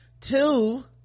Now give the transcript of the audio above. Two